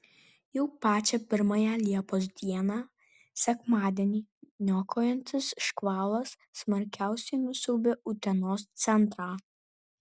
jau pačią pirmąją liepos dieną sekmadienį niokojantis škvalas smarkiausiai nusiaubė utenos centrą